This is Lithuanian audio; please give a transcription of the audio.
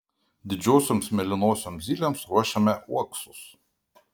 didžiosioms mėlynosioms zylėms ruošiame uoksus